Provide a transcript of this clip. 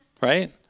right